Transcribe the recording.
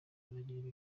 baragira